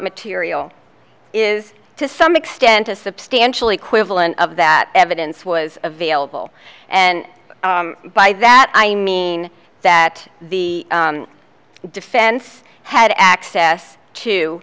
material is to some extent a substantial equivalent of that evidence was available and by that i mean that the defense had access to